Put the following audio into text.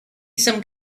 some